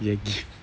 ya give